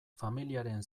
familiaren